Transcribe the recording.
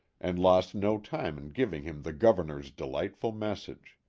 and lost no time in giving him the governor's delightful message.